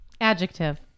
Adjective